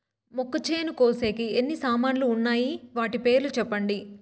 మొక్కచేను కోసేకి ఎన్ని సామాన్లు వున్నాయి? వాటి పేర్లు సెప్పండి?